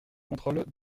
contrôle